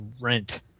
rent